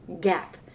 gap